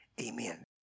Amen